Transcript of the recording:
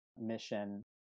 mission